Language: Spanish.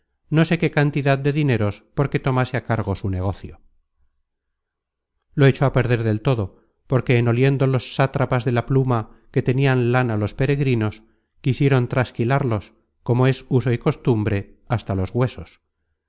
no sé qué cantidad de dineros porque tomase á cargo su negocio lo echó á perder del todo porque en oliendo los sátrapas de la pluma que tenian lana los peregrinos quisieron trasquilarlos como es uso y costumbre hasta los huesos